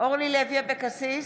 אורלי לוי אבקסיס,